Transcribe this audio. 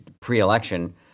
pre-election